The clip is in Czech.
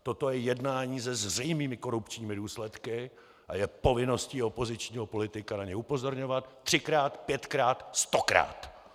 Toto je jednání se zřejmými korupčními důsledky a je povinností opozičního politika na ně upozorňovat třikrát, pětkrát, stokrát!